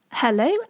Hello